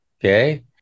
Okay